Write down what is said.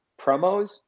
promos